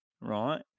right